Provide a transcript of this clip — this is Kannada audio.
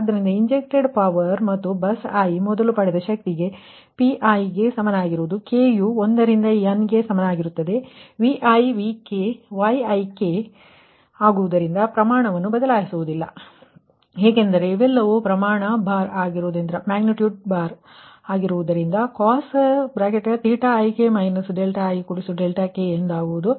ಆದ್ದರಿಂದ ಇಂಜೆಕ್ಟೆಡ್ ಪವರ್ ಮತ್ತು ಬಸ್ i ಮೊದಲು ಪಡೆದ ಶಕ್ತಿಗೆ P1 ಸಮಾನವಾಗಿರುತ್ತದೆ k ಯು 1 ರಿಂದ n ಗೆ ಸಮನಾಗಿರುತ್ತದೆ Vi Vk Yik ಆದ್ದರಿಂದ ಪ್ರಮಾಣವನ್ನು ಬದಲಾಯಿಸುವುದಿಲ್ಲ ಏಕೆಂದರೆ ಇವೆಲ್ಲವೂ ಪ್ರಮಾಣ ಬಾರ್ ಆಗಿರುವುದರಿಂದ cos ik ik ಎಂದಾಗುವುದು